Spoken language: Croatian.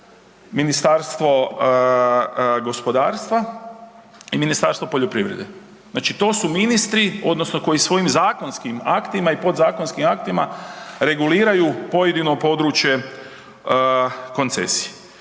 Ministarstvo gospodarstva i Ministarstvo poljoprivrede. Znači to su ministri, odnosno koji svojim zakonskim aktima i podzakonskim aktima reguliraju pojedino područje koncesije.